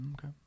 Okay